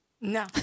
No